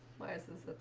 bias is